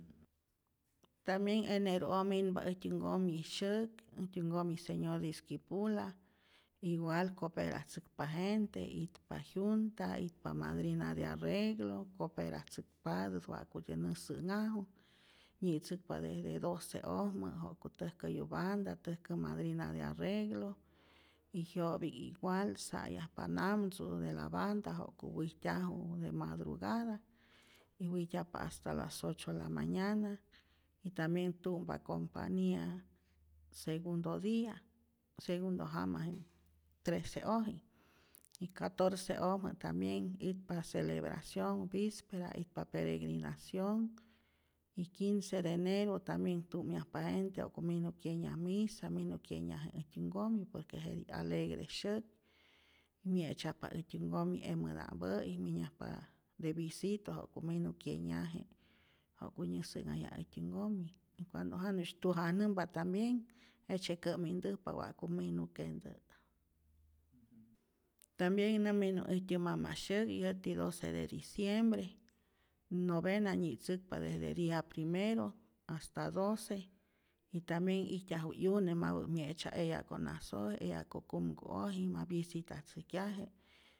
Tambien eneru'oj minpa äjtyä nkomi' syäk, äjtyä nkomi señor de esquipula, igual coperatzäkpa gente, itpa jyunta, itpa madrina de arreglo, coperatzäkpatät wa'kutyä nä sä'nhaju, nyi'tzäkpa desde doce'ojmä, ja'ku täjkäyu banda, täjkä madrina de arreglo, y jyo'pi'k igual sa'yajpa namtzu de la banda ja'ku wijtyaju de madrugada y wijtyajpa hasta las ocho la mañana, y tambien tu'mpa compania segundo dia, segundo jama je trece'oji, y catoce'ojmä tambien itpa celebracion vispera, itpa peregrinacionh y quince de enero tambien tu'myajpa gente ja'ku minu kyenyaj misa, minu kyenyaje äjtyä nkomi, por que jetij alegre syäk, mye'tzyajpa äjtyä nkomi emäta'mpä'i, minyajpa de visito ja'ku minu kyenyaje', ja'ku nyäsä'nhajyaj äjtyä nkomi y cuando janusy tujajnämpa tambien jejtzye kä'mintäjpa wa'ku minu kentä', tambien nä minu äjtyä mama' syäk yäti doce de diciembre, novena nyi'tzäkpa desde día primero, hasta doce y tambien ijtyaju 'yune mapä' myetzya' eya konasoj eya kokumku'oj ma vyisitatzäjkyaje'.